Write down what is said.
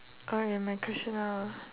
oh ya my question now ah